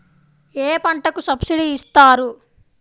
ఏ పంటకు సబ్సిడీ ఇస్తారు?